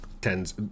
tens